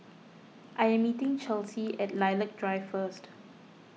I am meeting Chelsea at Lilac Drive first